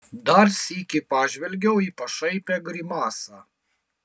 dar sykį pažvelgiau į pašaipią grimasą